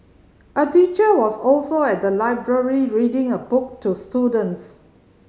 a teacher was also at the library reading a book to students